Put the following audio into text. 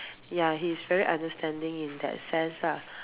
ya he is very understanding in that sense lah